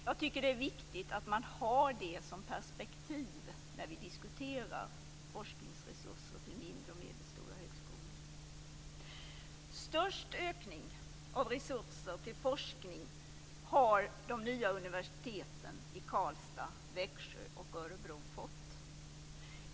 Jag tycker att det är viktigt att ha det som perspektiv när vi diskuterar forskningsresurser till mindre och medelstora högskolor. Störst ökning av resurser till forskning har de nya universiteten i Karlstad, Växjö och Örebro fått.